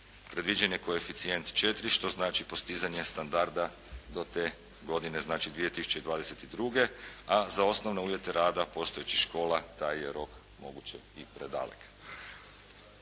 Predviđen je koeficijent 4 što znači postizanje standarda do te godine znači 2022. godine, a za osnovne uvjete rada postojećih škola taj je rok moguće i predalek.